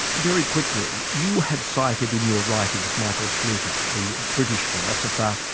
very quickly. you have cited in your writings, michael schluter, the british philosopher,